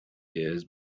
years